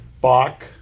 Bach